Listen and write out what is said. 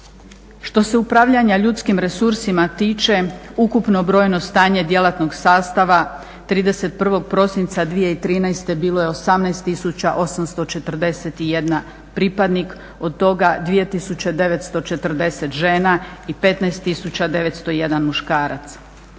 Što se upravljanja ljudskim resursima tiče ukupno brojno stanje djelatnog sastava 31. prosinca 2013. bilo je 18841 pripadnik od toga 2940 žena i 15901 muškarac.